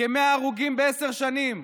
כ-100 הרוגים בעשר שנים.